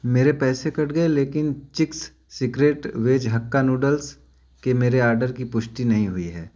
मेरे पैसे कट गए लेकिन Ching's secret veg hakka noodles के मेरे ऑर्डर की पुष्टि नहीं हुई है